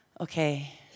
Okay